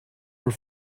were